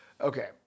Okay